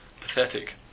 pathetic